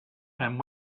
and